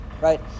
Right